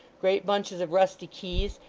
great bunches of rusty keys,